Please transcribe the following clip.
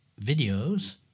videos